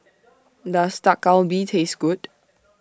Does Dak Galbi Taste Good